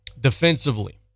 Defensively